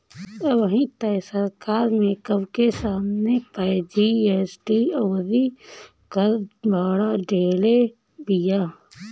अबही तअ सरकार मेकअप के समाने पअ जी.एस.टी अउरी कर बढ़ा देले बिया